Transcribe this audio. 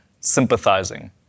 sympathizing